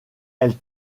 elle